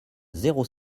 zéro